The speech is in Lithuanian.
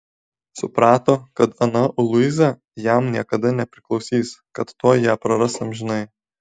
suprato kad ana luiza jam niekada nepriklausys kad tuoj ją praras amžinai